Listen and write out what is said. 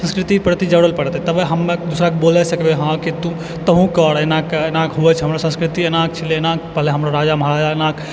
संस्कृतिके प्रति जोरै पड़तै तबे हमे बोलि सकबै कि हँ तु तहु कर एना कर हमरो संस्कृति एना छलै एना पहिले हमरो राजा महाराजा एना